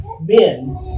men